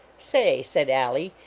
say, said alleigh,